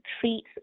treat